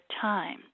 time